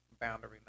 boundary